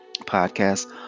podcast